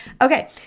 Okay